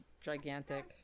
gigantic